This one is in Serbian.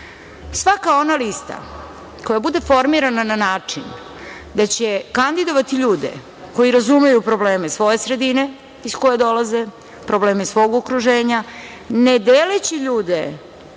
Svaka ona lista koja bude formirana na način da će kandidovati ljude koji razumeju probleme svoje sredine iz koje dolaze, probleme svog okruženja, ne deleći ljude